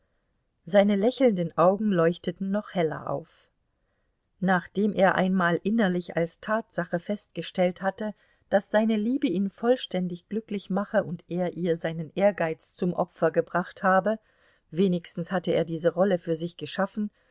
seine lächelnden augen leuchteten noch heller auf nachdem er einmal innerlich als tatsache festgestellt hatte daß seine liebe ihn vollständig glücklich mache und er ihr seinen ehrgeiz zum opfer gebracht habe wenigstens hatte er diese rolle für sich geschaffen